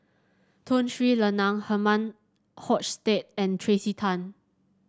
Tun Sri Lanang Herman Hochstadt and Tracey Tan